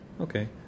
Okay